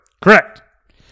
Correct